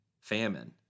famine